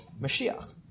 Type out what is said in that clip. Mashiach